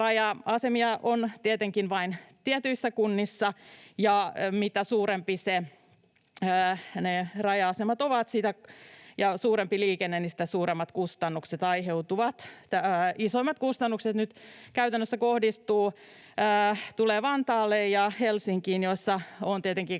raja-asemia on tietenkin vain tietyissä kunnissa, ja mitä suurempia ne raja-asemat ovat ja mitä suurempi on liikenne, niin sitä suuremmat kustannukset aiheutuvat. Isoimmat kustannukset nyt käytännössä tulevat Vantaalle ja Helsinkiin, joissa on tietenkin